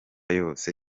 yose